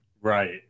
Right